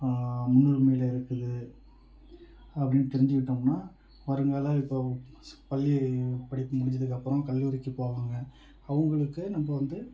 முன்னுரிமையில் இருக்குது அப்படின்னு தெரிஞ்சுக்கிட்டோம்னா அதனால் இப்போது பள்ளியிலேயும் படிப்பு முடிஞ்சதுக்கு அப்புறம் கல்வி வச்சு போவாங்க அவங்களுக்கு நம்ம வந்து